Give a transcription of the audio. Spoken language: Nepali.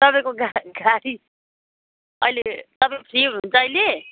तपाईँको गाड गाडी अहिले तपाईँ फ्री हुनुहुन्छ अहिले